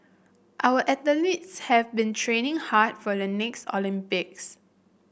our athletes have been training hard for the next Olympics